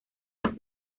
los